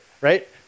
right